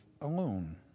alone